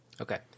Okay